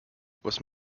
was